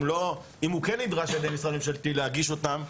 אם הוא כן נדרש על ידי משרד ממשלתי להגיש אותן,